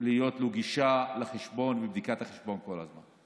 שתהיה לו גישה לחשבון ולבדיקת החשבון כל הזמן.